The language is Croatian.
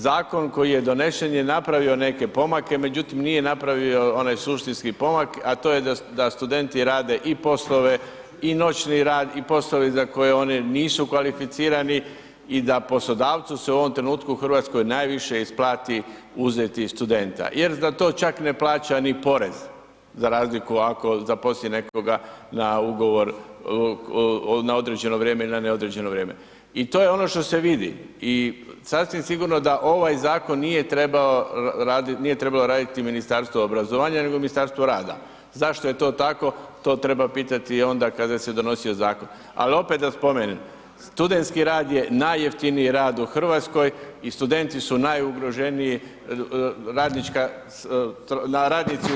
Zakon koji je donešen je napravio neke pomake, međutim nije napravio onaj suštinski pomak, a to je da studenti rade i poslove i noćni rad i poslove za koje oni nisu kvalificirani i da poslodavcu se u ovom trenutku u RH najviše isplati uzeti studenta jer za to čak ne plaća ni porez za razliku ako zaposli nekoga na ugovor, na određeno vrijeme i na neodređeno vrijeme i to je ono što se vidi i sasvim sigurno da ovaj zakon nije trebao raditi, nije trebalo raditi Ministarstvo obrazovanja nego Ministarstvo rada, zašto je to tako to treba pitati onda kada se donosio zakon, al opet da spomenem studentski rad je najjeftiniji rad u RH i studenti su najugroženiji radnička, radnici u RH.